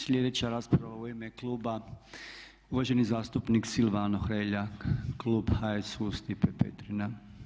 Sljedeća rasprava u ime kluba uvaženi zastupnik Silvano Hrelja, klub HSU, Stipe Petrina.